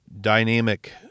Dynamic